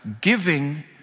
giving